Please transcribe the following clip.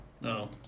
No